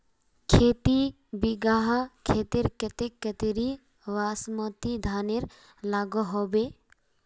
खेती बिगहा खेतेर केते कतेरी बासमती धानेर लागोहो होबे?